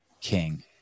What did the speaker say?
king